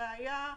וכראייה